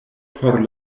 por